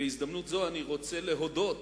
בהזדמנות זאת אני רוצה להודות